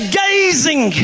gazing